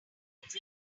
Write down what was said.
number